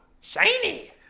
Shiny